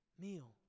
meal